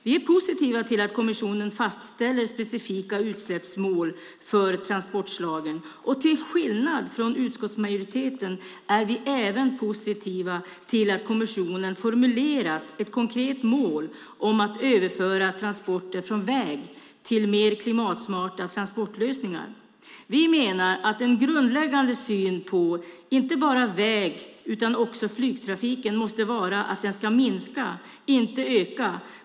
Vi är positiva till att kommissionen fastställer specifika utsläppsmål för transportslagen, och till skillnad från utskottsmajoriteten är vi även positiva till att kommissionen formulerat ett konkret mål om att överföra transporter från väg till mer klimatsmarta transportlösningar. Vi menar att en grundläggande syn på inte bara väg utan också flygtrafiken måste vara att den ska minska, inte öka.